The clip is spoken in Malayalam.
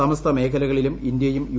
സമസ്ത മേഖലകളിലും ഇന്ത്യയും യു